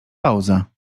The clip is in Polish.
pauza